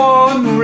one